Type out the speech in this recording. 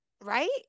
Right